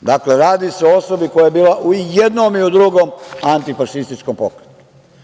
Dakle, radi se o osobi koja je bila u jednom i u drugom antifašističkom pokretu.